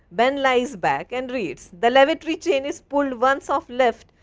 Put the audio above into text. ben lies back and reads the lavatory chain is pulled once of left,